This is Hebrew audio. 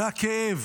מהכאב,